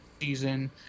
season